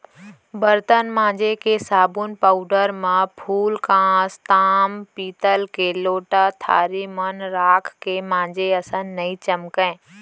बरतन मांजे के साबुन पाउडर म फूलकांस, ताम पीतल के लोटा थारी मन राख के मांजे असन नइ चमकय